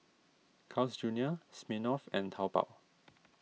Carl's Junior Smirnoff and Taobao